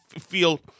feel